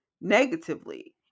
negatively